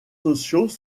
sociaux